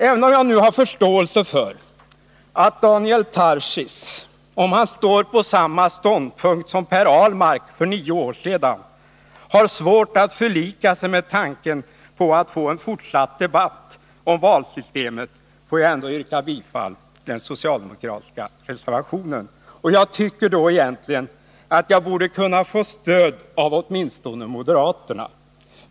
Även om jag nu har förståelse för att Daniel Tarschys, om han står på samma ståndpunkt som Per Ahlmark för nio år sedan, har svårt att förlika sig med tanken på att få en fortsatt debatt om valsystemet, får jag ändå yrka bifall till den socialdemokratiska reservationen nr 4. Och jag tycker då egentligen att jag borde kunna få stöd av åtminstone moderaterna.